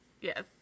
Yes